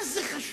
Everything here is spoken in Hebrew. מה זה חשוב?